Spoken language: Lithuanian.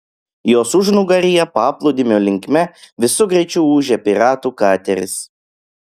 jos užnugaryje paplūdimio linkme visu greičiu ūžė piratų kateris